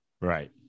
Right